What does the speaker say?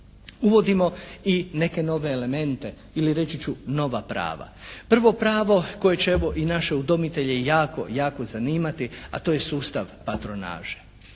Uvodimo i neke nove elemente ili reći ću nova prava. Prvo pravo koje će evo i naše udomitelje jako, jako zanimati a to je sustav patronaže.